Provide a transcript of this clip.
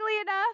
enough